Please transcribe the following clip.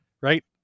right